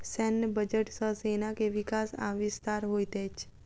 सैन्य बजट सॅ सेना के विकास आ विस्तार होइत अछि